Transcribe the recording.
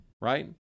Right